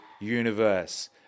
universe